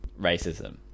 racism